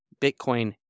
Bitcoin